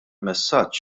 messaġġ